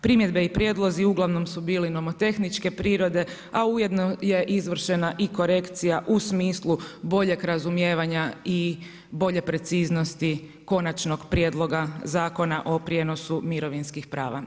Primjedbe i prijedlozi uglavnom su bili novotehničke prirode a ujedno je izvršena korekcija u smislu boljeg razumijevanja i bolje preciznosti Konačnog prijedloga Zakona o prijenosu mirovinskih prava.